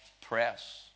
press